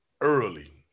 early